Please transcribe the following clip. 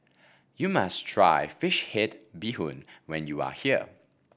you must try fish head Bee Hoon when you are here